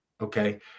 Okay